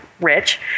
rich